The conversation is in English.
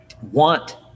want